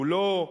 הוא לא,